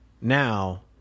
now